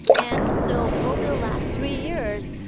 and so over the last three years,